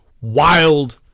wild